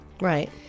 Right